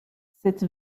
cette